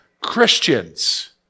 Christians